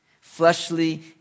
fleshly